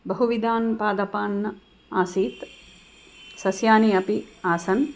बहुविधाः पादपाः आसीत् सस्यानि अपि आसन्